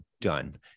done